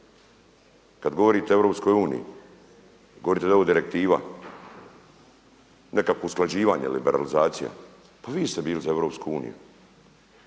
Kada govorite o Europskoj uniji, govorite da je ovo direktiva, nekakvo usklađivanje, liberalizacija. Pa vi ste bili za